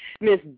miss